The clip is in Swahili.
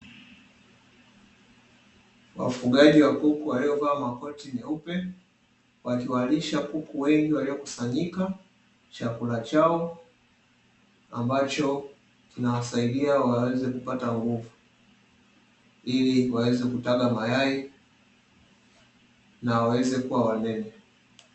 Wafugaji wa kuku waliovaa makoti meupe wakiwalisha kuku wengi waliokusanyika, chakula chao ambacho kinawasaidia waweze kupata nguvu, ili waweze kutaga mayai na waweze kuwa wanene.